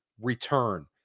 return